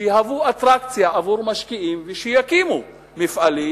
ויהוו אטרקציה עבור משקיעים שיקימו מפעלים